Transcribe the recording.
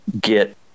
get